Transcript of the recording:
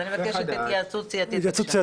אז אני מבקשת בבקשה התייעצות סיעתית.